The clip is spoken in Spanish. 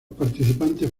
participantes